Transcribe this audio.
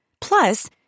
Plus